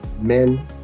men